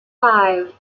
five